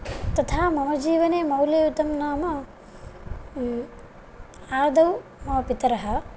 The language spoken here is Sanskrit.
तथा मम जीवने मौल्ययुतं नाम आदौ मम पितरः